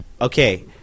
okay